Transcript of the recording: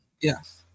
yes